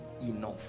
enough